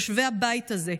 יושבי הבית הזה,